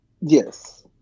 Yes